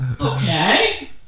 okay